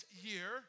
year